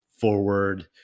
forward